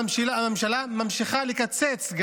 הממשלה גם ממשיכה לקצץ,